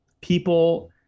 people